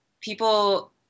people